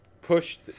pushed